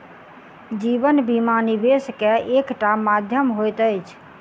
जीवन बीमा, निवेश के एकटा माध्यम होइत अछि